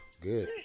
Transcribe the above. Good